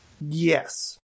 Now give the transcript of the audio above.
Yes